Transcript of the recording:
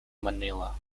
manila